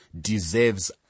deserves